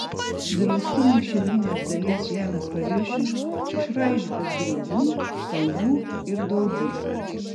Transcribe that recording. draustinio šiaurinės dalies žemės paviršius išraižytas griovų kalvų ir daubų